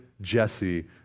Jesse